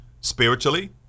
Spiritually